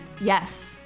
Yes